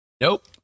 Nope